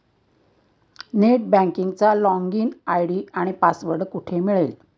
Net बँकिंगचा login ID आणि password कुठे मिळेल?